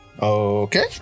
Okay